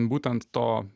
būtent to